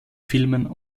filmen